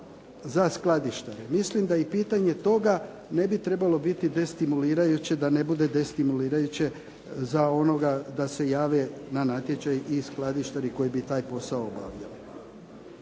za skladištare. Mislim da i pitanje toga ne bi trebalo biti destimulirajuće da ne bude destimulirajuće za onoga da se jave na natječaj i skladištari koji bi taj posao obavljali.